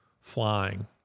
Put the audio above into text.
flying